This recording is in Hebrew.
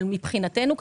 מבחינתנו,